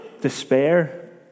despair